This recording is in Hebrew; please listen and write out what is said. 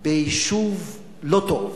ביישוב לא טוב